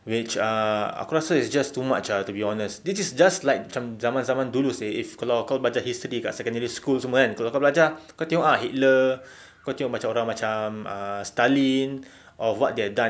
which are aku rasa it's just too much ah to be honest this is just like macam zaman-zaman dulu seh if kalau kau belajar history kat secondary school semua kan kalau kau belajar kau tengok ah hitler kau tengok macam orang macam um stalin of what they have done